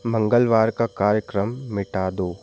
मंगलवार का कार्यक्रम मिटा दो